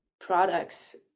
products